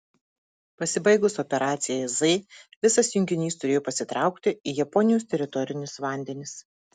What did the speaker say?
pasibaigus operacijai z visas junginys turėjo pasitraukti į japonijos teritorinius vandenis